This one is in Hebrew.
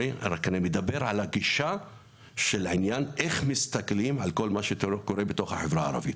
זה עניין הגישה ודרך ההסתכלות על כל מה שקורה בחברה הערבית.